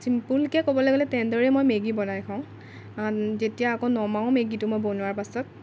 চিম্পুলকৈ ক'বলৈ গ'লে তেনেদৰেই মই মেগী বনাই খাওঁ যেতিয়া আকৌ নমাওঁ মেগীটো মই বনোৱাৰ পিছত